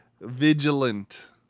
vigilant